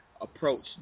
approach